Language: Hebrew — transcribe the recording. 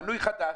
מנוי חדש,